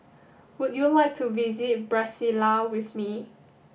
would you like to visit Brasilia with me